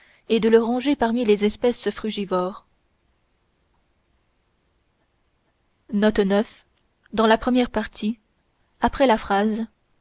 et de le ranger parmi les espèces frugivores